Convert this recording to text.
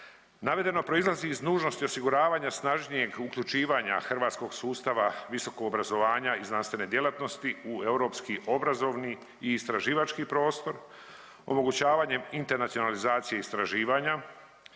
Navedeno proizlazi iz nužnosti osiguravanja snažnijeg uključivanja hrvatskog sustava visokog obrazovanja i znanstvene djelatnosti u europski obrazovni i istraživački prostor omogućavanjem internacionalizacije istraživanja,